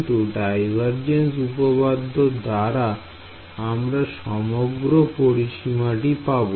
কিন্তু ডাইভারজেন্স উপপাদ্য দ্বারা আমরা সমগ্র পরিসীমাটি পাব